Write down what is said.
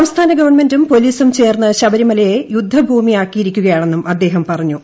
സംസ്ഥാന ഗവൺമെന്റും പോലീസും ചേർന്ന് പ ശബരിമലയെ യുദ്ധഭൂമിയാക്കിയിരിക്കുകയാണെന്നും അദ്ദേഹം പറഞ്ഞു